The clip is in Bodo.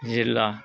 जिल्ला